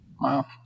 Wow